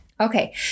Okay